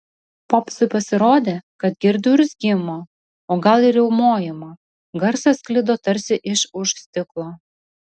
popsui pasirodė kad girdi urzgimą o gal ir riaumojimą garsas sklido tarsi iš už stiklo